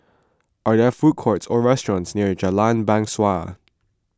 are there food courts or restaurants near Jalan Bangsawan